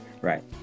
right